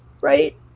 right